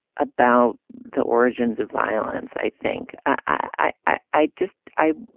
about the origins of violence. i think i i i just i.